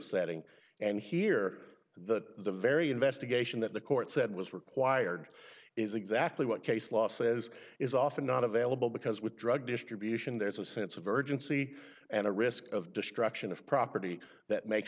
setting and here that the very investigation that the court said was required is exactly what case law says is often not available because with drug distribution there's a sense of urgency and a risk of destruction of property that makes